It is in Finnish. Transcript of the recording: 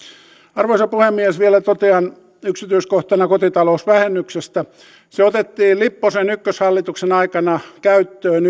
arvoisa puhemies vielä totean yksityiskohtana kotitalousvähennyksestä se otettiin lipposen ykköshallituksen aikana yhdeksäänkymmeneenseitsemään käyttöön